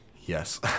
Yes